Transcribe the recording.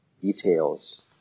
details